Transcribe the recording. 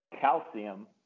calcium